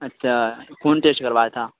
اچھا خون ٹیسٹ کروایا تھا